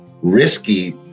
risky